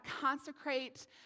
consecrate